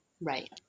Right